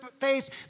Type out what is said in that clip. faith